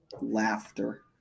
Laughter